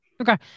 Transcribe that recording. Okay